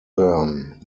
byrne